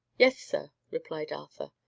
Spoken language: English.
yes, sir, replied arthur.